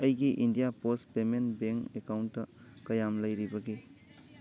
ꯑꯩꯒꯤ India post payment bank ꯑꯦꯀꯥꯎꯟꯇꯗ ꯀꯌꯥꯝ ꯂꯩꯔꯤꯕꯒꯦ